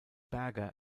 berger